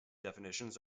definitions